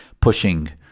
pushing